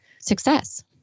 success